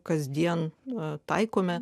kasdien taikome